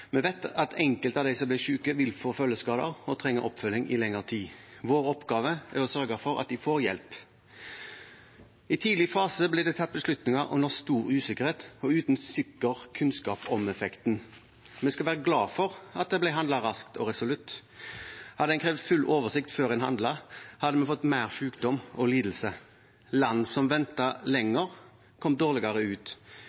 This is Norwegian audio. Vi vet at enkelte av dem som ble syke, vil få følgeskader og trenge oppfølging i lengre tid. Vår oppgave er å sørge for at de får hjelp. I tidlig fase ble det tatt beslutninger under stor usikkerhet og uten sikker kunnskap om effekten, men vi skal være glade for at det ble handlet raskt og resolutt. Hadde en krevd full oversikt før en handlet, hadde vi fått mer sykdom og lidelse. Land som